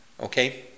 okay